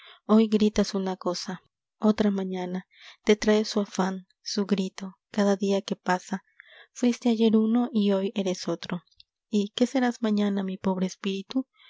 hoy gritas una cosa otra mañana te trae su afán su grito cada día que pasa fuiste ayer uno y hoy eres otro y qué serás mañana mi pobre espíritu